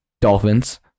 Dolphins